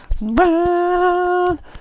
round